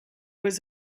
was